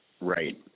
Right